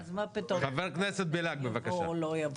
אז מה פתאום יבוא או לא יבוא.